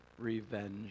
revenge